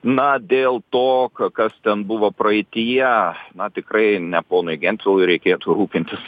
na dėl to kas ten buvo praeityje na tikrai ne ponui gentvilui reikėtų rūpintis